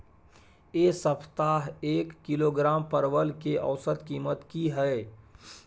ऐ सप्ताह एक किलोग्राम परवल के औसत कीमत कि हय?